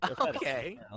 Okay